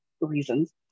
reasons